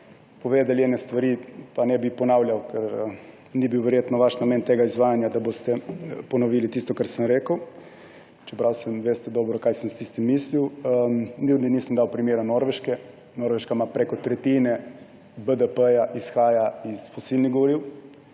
povedali ene stvari, pa ne bi ponavljal, ker ni bil verjetno vaš namen tega izvajanja, da boste ponovili tisto, kar sem rekel. Čeprav veste dobro, kaj sem s tistim mislil. Tudi nisem dal primera Norveške. Na Norveškem več kot tretjina BDP izhaja iz fosilnih goriv,